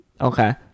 Okay